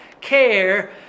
care